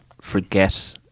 forget